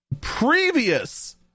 Previous